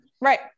Right